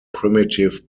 primitive